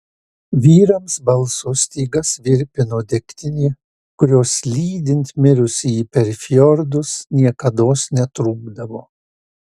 vyrams balso stygas virpino degtinė kurios lydint mirusįjį per fjordus niekados netrūkdavo